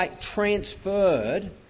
transferred